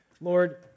Lord